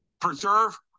preserve